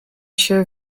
się